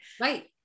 Right